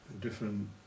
different